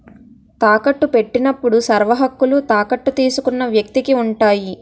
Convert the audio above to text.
తాకట్టు పెట్టినప్పుడు సర్వహక్కులు తాకట్టు తీసుకున్న వ్యక్తికి ఉంటాయి